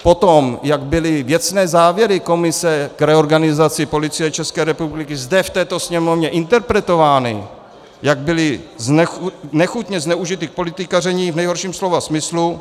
Potom, jak byly věcné závěry komise k reorganizaci Policie České republiky zde v této Sněmovně interpretovány, jak byly nechutně zneužity k politikaření v nejhorším slova smyslu.